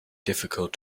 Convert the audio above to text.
difficult